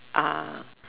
ah